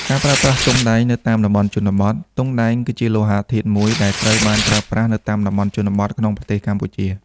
ការប្រើប្រាស់ទង់ដែងនៅតាមតំបន់ជនបទ ទង់ដែង គឺជាលោហៈធាតុមួយទៀតដែលត្រូវបានប្រើប្រាស់នៅតាមតំបន់ជនបទក្នុងប្រទេសកម្ពុជា។